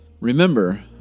Remember